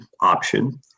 option